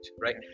right